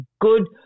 good